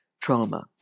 trauma